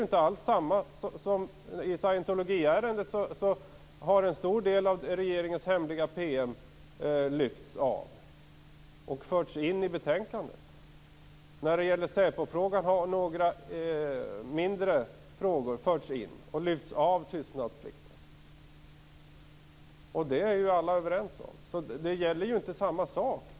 I scientologiärendet har en stor del av regeringens hemliga PM lyfts ut och förts in i betänkande. I säpofrågan har några mindre frågor förts in och där har man lyft bort tystnadsplikten. Det är ju alla överens om.